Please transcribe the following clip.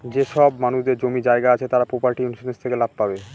যেসব মানুষদের জমি জায়গা আছে তারা প্রপার্টি ইন্সুরেন্স থেকে লাভ পাবে